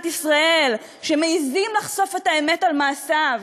ישראל שמעזים לחשוף את האמת על מעשיו,